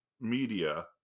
media